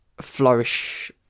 flourish